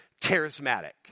Charismatic